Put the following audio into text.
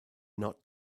not